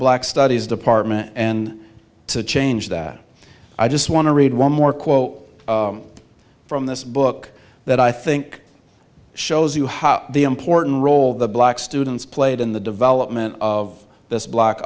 black studies department and to change that i just want to read one more quote from this book that i think shows you how the important role the black students played in the development of this black